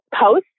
post